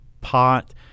pot